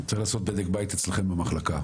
- צריך לעשות בדק בית אצלכם במחלקה.